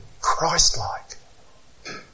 Christ-like